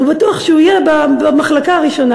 הוא בטוח שהוא יהיה במחלקה הראשונה,